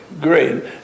great